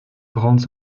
grandes